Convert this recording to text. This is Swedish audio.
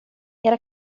era